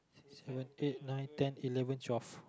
seven eight nine ten eleven twelve